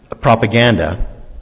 propaganda